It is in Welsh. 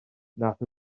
nad